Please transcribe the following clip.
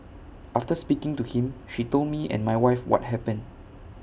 after speaking to him she told me and my wife what happen